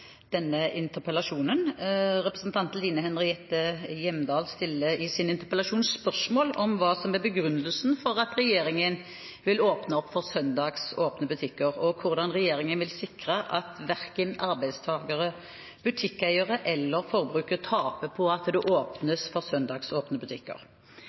denne interpellasjonen. Representanten Line Henriette Hjemdal stiller i sin interpellasjon spørsmål om hva som er begrunnelsen for at regjeringen vil åpne opp for søndagsåpne butikker, og hvordan regjeringen vil sikre at verken arbeidstakere, butikkeiere eller forbrukere taper på at det åpnes for søndagsåpne butikker.